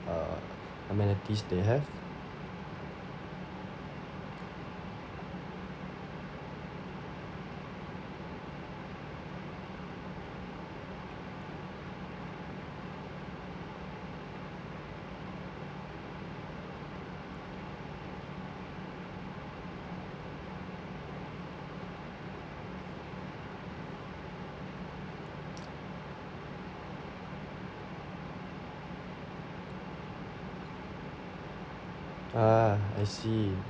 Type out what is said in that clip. uh amenities they have ah I see